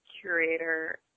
curator –